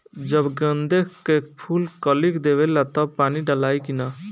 जब गेंदे के फुल कली देवेला तब पानी डालाई कि न?